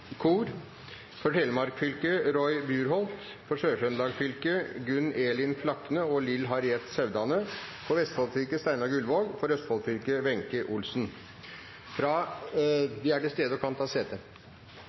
For Oslo: Prableen Kaur For Telemark fylke: Roy Bjurholt For Sør-Trøndelag fylke: Gunn Elin Flakne og Lill Harriet Sandaune For Vestfold fylke: Steinar Gullvåg For Østfold fylke: Wenche Olsen Fra